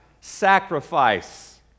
sacrifice